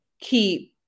keep